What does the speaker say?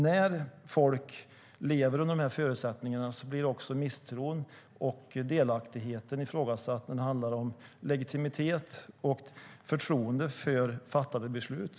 När folk lever under dessa förutsättningar ökar misstron och delaktigheten blir ifrågasatt när det handlar om legitimitet och förtroende för fattade beslut.